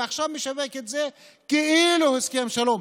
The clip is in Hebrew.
ועכשיו הוא משווק את זה כאילו הסכם שלום.